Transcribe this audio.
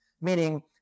Meaning